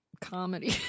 comedy